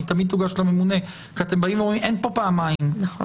תמיד תוגש לממונה כי אתם באים ואומרים שאין כאן פעמיים סיטואציה.